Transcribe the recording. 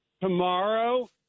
Tomorrow